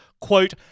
quote